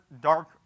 dark